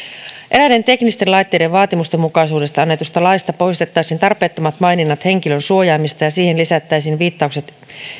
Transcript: eräiden teknisten laitteiden vaatimustenmukaisuudesta annetusta laista poistettaisiin tarpeettomat maininnat henkilönsuojaimista ja siihen lisättäisiin viittaukset